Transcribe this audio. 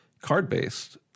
card-based